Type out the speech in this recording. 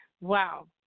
Wow